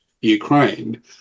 Ukraine